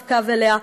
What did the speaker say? רבקה ולאה,